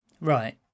right